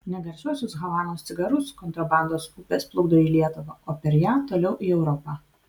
ne garsiuosius havanos cigarus kontrabandos upės plukdo į lietuvą o per ją toliau į europą